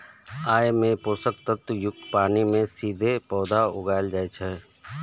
अय मे पोषक तत्व युक्त पानि मे सीधे पौधा उगाएल जाइ छै